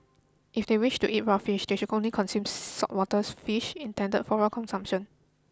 if they wish to eat raw fish they should only consume saltwater fish intended for raw consumption